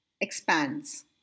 expands